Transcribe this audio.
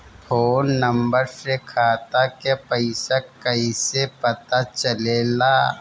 Phone number से खाता के पइसा कईसे पता चलेला?